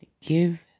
Give